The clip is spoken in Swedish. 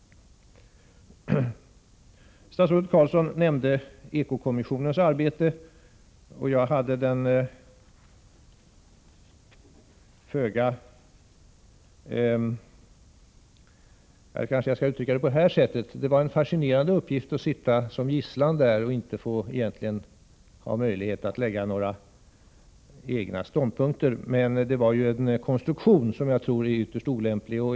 Statsrådet Carlsson nämnde eko-kommissionens arbete. Det var en fascinerande uppgift att sitta som gisslan i denna kommission utan att egentligen ha möjlighet att lägga fram några egna ståndpunkter. Kommissionen hade fått en konstruktion som jag tror är ytterst olämplig.